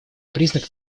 признак